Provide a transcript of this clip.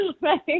Right